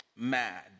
Mad